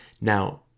Now